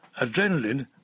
adrenaline